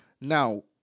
Now